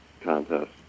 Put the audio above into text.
Contest